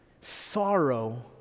Sorrow